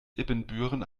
ibbenbüren